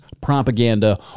propaganda